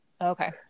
okay